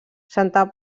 santa